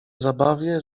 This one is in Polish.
zabawie